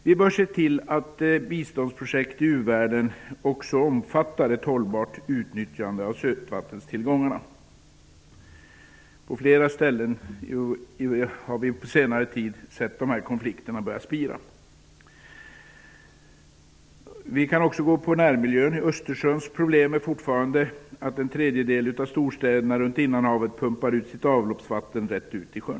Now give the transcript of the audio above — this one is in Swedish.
Vi bör se till att biståndsprojekt i u-världen också omfattar ett hållbart utnyttjande av sötvattentillgångarna. På senare tid har vi sett konflikter börja spira på flera ställen. Vi kan också se till närmiljön. Östersjöns problem är fortfarande att en tredjedel av storstäderna runt innanhavet pumpar ut sitt avloppsvatten rätt ut i sjön.